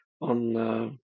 on